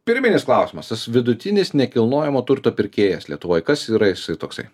pirminis klausimas tas vidutinis nekilnojamo turto pirkėjas lietuvoje kas yra jis toksai